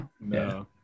No